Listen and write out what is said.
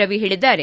ರವಿ ಹೇಳಿದ್ದಾರೆ